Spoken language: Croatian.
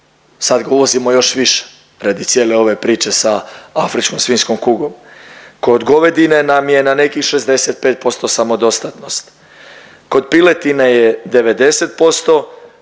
sad ga uvozimo još više radi cijele ove priče sa afričkom svinjskom kugom. Kod govedine nam je na nekih 65% samodostatnosti, kod piletine je 90%